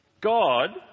God